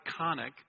iconic